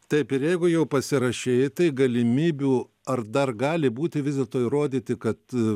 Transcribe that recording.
taip ir jeigu jau pasirašei tai galimybių ar dar gali būti vis dėlto įrodyti kad